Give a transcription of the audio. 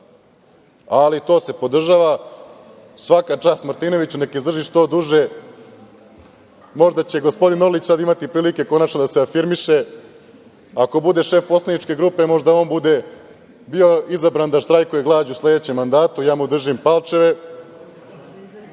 ali to se podržava. Svaka čast Martinoviću, neka izdrži što duže, pa će možda gospodin Orlić imati prilike da se afirmiše. Ako bude šef poslaničke grupe, možda on bude izabran da štrajkuje glađu u sledećem mandatu, ja mu držim palčeve.